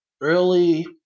Early